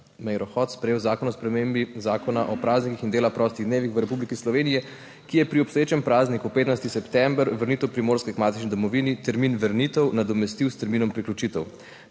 Meiro Hot sprejel Zakon o spremembi Zakona o praznikih in dela prostih dnevih v Republiki Sloveniji, ki je pri obstoječem prazniku 15. september, vrnitev Primorske k matični domovini, termin vrnitev nadomestil s terminom priključitev.